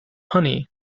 honey